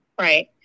Right